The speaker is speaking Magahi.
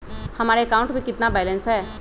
हमारे अकाउंट में कितना बैलेंस है?